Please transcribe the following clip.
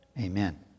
Amen